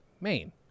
Maine